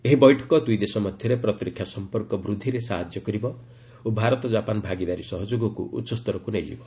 ଏହି ବୈଠକ ଦୁଇଦେଶ ମଧ୍ୟରେ ପ୍ରତିରକ୍ଷା ସଂପର୍କ ବୃଦ୍ଧିରେ ସାହାଯ୍ୟ କରିବ ଓ ଭାରତ ଜାପାନ ଭାଗିଦାରୀ ସହଯୋଗକୁ ଉଚ୍ଚସ୍ତରକୁ ନେଇଯିବ